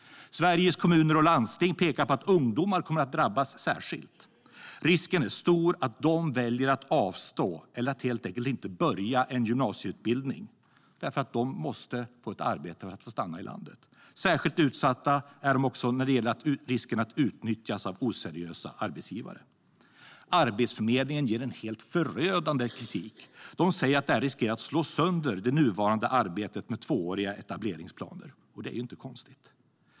Sveriges Kommuner och Landsting pekar på att ungdomar kommer att drabbas särskilt. Risken är stor att de väljer att avstå och helt enkelt inte börja en gymnasieutbildning därför att de måste få ett arbete för att få stanna i landet. Särskilt utsatta är de också när det gäller risken att utnyttjas av oseriösa arbetsgivare. Arbetsförmedlingen ger en helt förödande kritik. De säger att detta riskerar att slå sönder det nuvarande arbetet med tvååriga etableringsplaner, och det är inte konstigt.